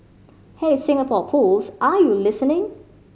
hey Singapore Pools are you listening